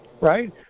right